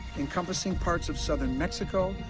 encompassing parts of southern mexico,